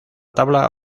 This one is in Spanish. tabla